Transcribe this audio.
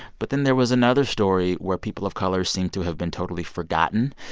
but then there was another story where people of color seemed to have been totally forgotten.